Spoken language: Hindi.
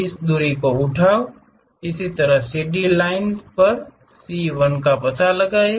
उस दूरी को उठाओ इसी तरह cd लाइन पर सी 1 का पता लगाएं